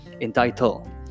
entitled